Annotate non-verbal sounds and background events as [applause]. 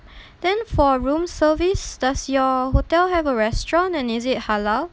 [breath] then for room service does your hotel have a restaurant and is it halal